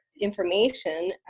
information